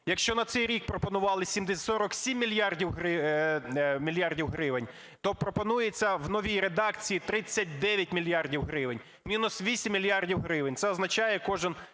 Якщо на цей рік пропонували 47 мільярдів гривень, то пропонується в новій редакції 39 мільярдів гривень. Мінус 8 мільярдів гривень.